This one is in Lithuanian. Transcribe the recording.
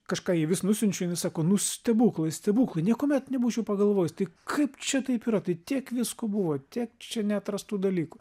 kažką jai vis nusiunčiu jinai sako nu stebuklai stebuklai niekuomet nebūčiau pagalvojus tai kaip čia taip yra tai tiek visko buvo tiek čia neatrastų dalykų